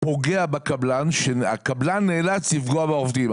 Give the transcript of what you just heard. פוגע בקבלן שהקבלן נאלץ לפגוע בעובדים.